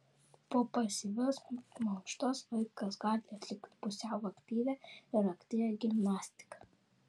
po pasyvios mankštos vaikas gali atlikti pusiau aktyvią ir aktyvią gimnastiką